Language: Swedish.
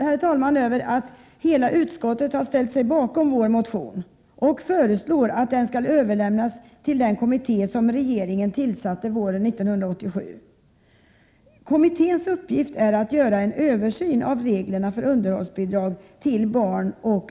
Jag är glad över att hela utskottet har ställt sig bakom vår motion och föreslår att den skall överlämnas till den kommitté som 40 regeringen tillsatte våren 1987. Kommitténs uppgift är att göra en översyn av reglerna för underhållsbidragen och bidragsförskotten till barn. Kommittén Prot.